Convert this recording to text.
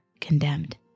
condemned